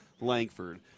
Langford